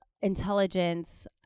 intelligence